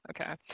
Okay